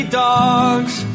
dogs